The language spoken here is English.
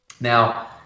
Now